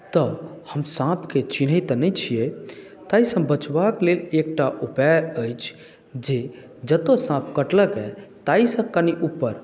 तऽ हम साँपके चिन्हैत तऽ नहि छियै ताहिसँ बचबाक लेल एकटा उपाय अछि जे जतय साँप कटलके ताहिसँ कनि ऊपर